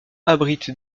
abritent